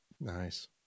Nice